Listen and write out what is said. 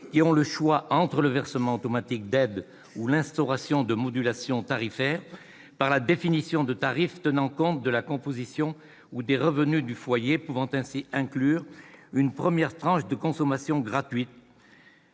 qui ont le choix entre le versement automatique d'aides ou l'instauration d'une modulation tarifaire par la définition de tarifs tenant compte de la composition ou des revenus du foyer et pouvant ainsi inclure une première tranche de consommation gratuite.